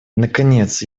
наконец